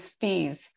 fees